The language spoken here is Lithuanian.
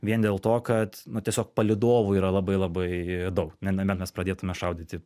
vien dėl to kad na tiesiog palydovų yra labai labai daug nebent mes pradėtume šaudyti